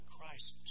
Christ